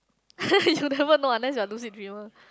you will never know unless you are lucid dreamer